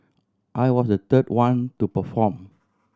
I was the third one to perform